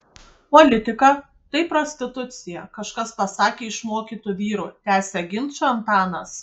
politika tai prostitucija kažkas pasakė iš mokytų vyrų tęsia ginčą antanas